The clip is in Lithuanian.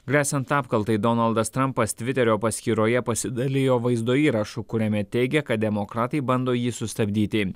gresiant apkaltai donaldas trampas tviterio paskyroje pasidalijo vaizdo įrašu kuriame teigia kad demokratai bando jį sustabdyti